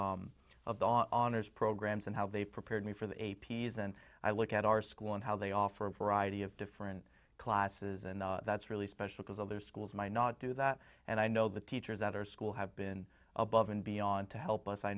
the honors programs and how they prepared me for the a p s and i look at our school and how they offer a variety of different classes and that's really special because all those schools might not do that and i know the teachers at our school have been above and beyond to help us i